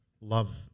love